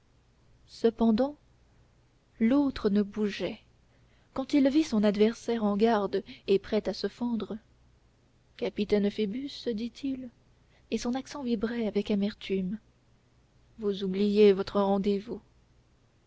cependant l'autre ne bougeait quand il vit son adversaire en garde et prêt à se fendre capitaine phoebus dit-il et son accent vibrait avec amertume vous oubliez votre rendez-vous